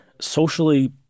socially